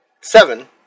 Seven